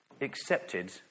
accepted